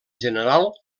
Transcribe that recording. general